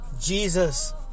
Jesus